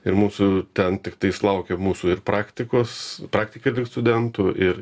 ir mūsų ten tiktais laukia mūsų ir praktikos praktika daug studentų ir